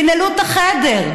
תנעלו את החדר.